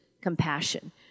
compassion